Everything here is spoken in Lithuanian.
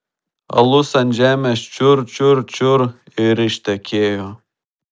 alus ant žemės čiur čiur čiur ir ištekėjo